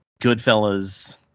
Goodfellas